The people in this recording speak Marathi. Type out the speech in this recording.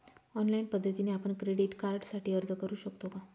ऑनलाईन पद्धतीने आपण क्रेडिट कार्डसाठी अर्ज करु शकतो का?